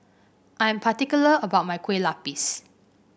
I am particular about my Kueh Lupis